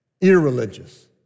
irreligious